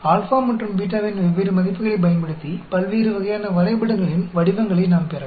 α மற்றும் β இன் வெவ்வேறு மதிப்புகளைப் பயன்படுத்தி பல்வேறு வகையான வரைபடங்களின் வடிவங்களை நாம் பெறலாம்